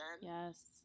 yes